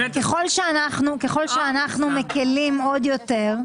ככל שאנחנו מקלים עוד יותר,